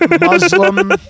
Muslim